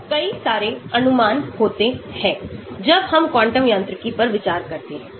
तो कई सारे अनुमान होते हैं जब हम क्वांटम यांत्रिकी पर विचार करते हैं